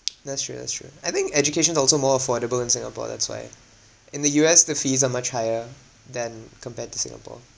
that's true that's true I think educations are also more affordable in singapore that's why in the U_S the fees are much higher than compared to singapore